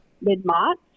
mid-March